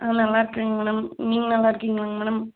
ஆ நல்லாருக்கேங்க மேடம் நீங்கள் நல்லா இருக்கிங்களாங்க மேடம்